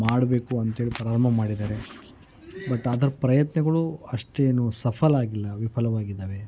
ಮಾಡ್ಬೇಕು ಅಂತ ಹೇಳಿ ಪ್ರಾರಂಭ ಮಾಡಿದ್ದಾರೆ ಬಟ್ ಅದರ ಪ್ರಯತ್ನಗಳು ಅಷ್ಟೇನೂ ಸಫಲವಾಗಿಲ್ಲ ವಿಫಲವಾಗಿದಾವೆ